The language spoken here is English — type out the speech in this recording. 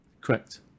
Correct